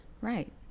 Right